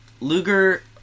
Luger